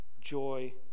joy